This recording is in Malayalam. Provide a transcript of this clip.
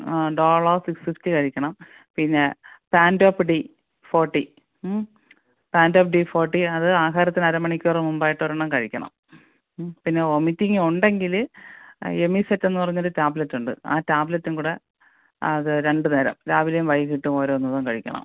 ആ ഡോളോ സിക്സ് ഫിഫ്റ്റി കഴിക്കണം പിന്നെ Pantop D forty Pantop D forty അത് ആഹാരത്തിന് അര മണിക്കൂർ മുമ്പായിട്ടൊരെണ്ണം കഴിക്കണം പിന്നെ ഒമിറ്റിംഗുണ്ടെങ്കിൽ ആ എമിസെറ്റെന്ന് പറഞ്ഞൊരു ടാബ്ലെറ്റുണ്ട് ആ ടാബ്ലെറ്റും കൂടെ അത് രണ്ടു നേരം രാവിലെയും വൈകിയിട്ടും ഓരോന്ന് വീതം കഴിക്കണം